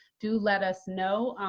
do let us know,